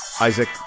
Isaac